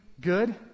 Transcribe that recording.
good